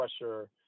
pressure